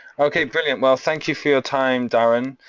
okay, brilliant, well, thank you for your time, darrin,